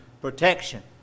protection